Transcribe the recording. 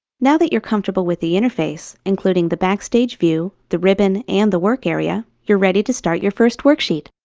now that you're comfortable with the interface including the backstage view, the ribbon, and the work area you're ready to start your first worksheet.